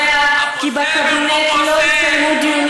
דוח המבקר קובע כי בקבינט לא התקיימו דיונים